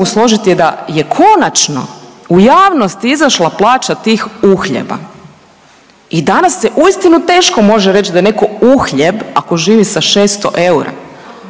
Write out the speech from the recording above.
složiti je da je konačno u javnost izašla plaća tih uhljeba i danas se uistinu teško može reć da je neko uhljeb ako živi sa 600 eura